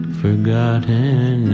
forgotten